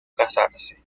casarse